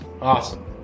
Awesome